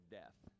death